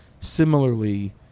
similarly